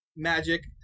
magic